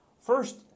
First